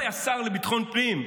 הוא היה השר לביטחון פנים,